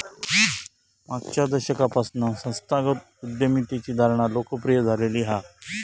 मागच्या दशकापासना संस्थागत उद्यमितेची धारणा लोकप्रिय झालेली हा